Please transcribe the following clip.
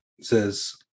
says